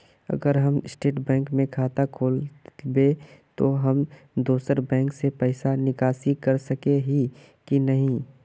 अगर हम State Bank में खाता खोलबे तो हम दोसर बैंक से पैसा निकासी कर सके ही की नहीं?